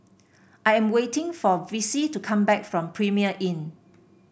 I am waiting for Vicy to come back from Premier Inn